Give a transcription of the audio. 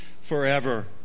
forever